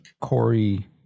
Corey